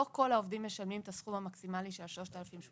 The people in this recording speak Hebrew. לא כל העובדים משלמים את הסכום המקסימלי של ה-3,800,